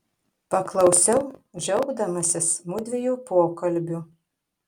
paklausiau džiaugdamasis mudviejų pokalbiu